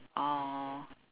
oh